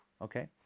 okay